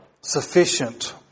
sufficient